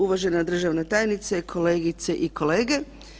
Uvažena državna tajnice, kolegice i kolege.